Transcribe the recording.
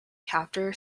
captain